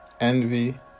envy